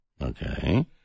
Okay